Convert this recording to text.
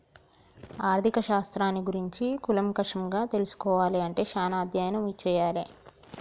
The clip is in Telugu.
ఆర్ధిక శాస్త్రాన్ని గురించి కూలంకషంగా తెల్సుకోవాలే అంటే చానా అధ్యయనం చెయ్యాలే